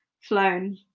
flown